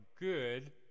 good